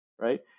right